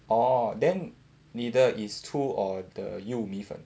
orh then 妳的 is 粗 or the 幼米粉